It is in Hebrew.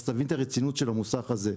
אז תבין את הרצינות של המוסך הזה.